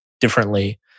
differently